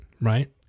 right